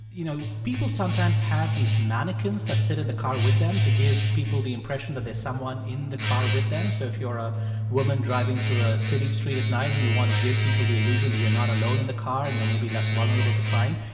you know, people sometimes have these mannequins that sit in the car with them to give people the impression that there's someone in the car with them so if you're a woman driving through a city street at night and you want to give people the illusion that you're not alone in the car and you're maybe less vulnerable to crime,